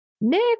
Nick